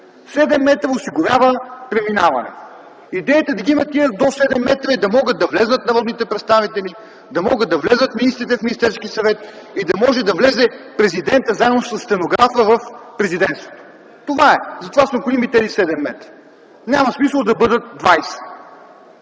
метра осигурява преминаване. Идеята да ги има тези до седем метра е да могат да влязат народните представители, да могат да влязат министрите в Министерския съвет и да може да влезе президентът заедно със стенографа в Президентството. Това е. Затова са необходими тези седем метра, няма смисъл да бъдат